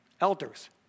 elders